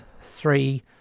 three